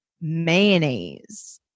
mayonnaise